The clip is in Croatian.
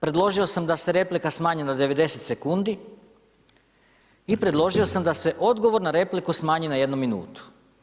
Predložio sam da se replika smanji na 90 sekundi i predložio sam da se odgovor na repliku smanji na jednu minutu.